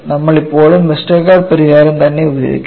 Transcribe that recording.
നമ്മൾ ഇപ്പോഴും വെസ്റ്റർഗാർഡ് പരിഹാരം തന്നെ ഉപയോഗിക്കും